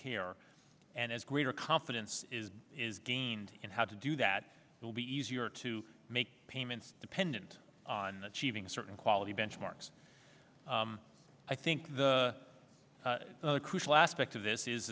care and as greater confidence is gained in how to do that will be easier to make payments dependent on the cheating certain quality benchmarks i think the crucial aspect of this is